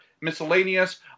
Miscellaneous